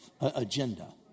agenda